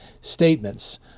Statements